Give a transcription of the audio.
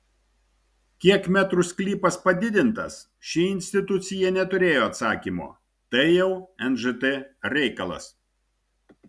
kiek metrų sklypas padidintas ši institucija neturėjo atsakymo tai jau nžt reikalas